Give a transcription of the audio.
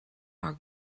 our